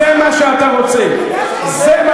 למה החבאתם את זה?